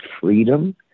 freedom